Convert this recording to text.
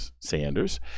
Sanders